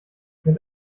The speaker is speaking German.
mit